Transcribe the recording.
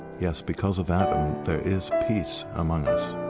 yes, because of adam there is peace among us.